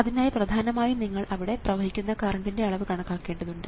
അതിനായി പ്രധാനമായും നിങ്ങൾ അവിടെ പ്രവഹിക്കുന്ന കറണ്ടിൻറെ അളവ് കണക്കാക്കേണ്ടതുണ്ട്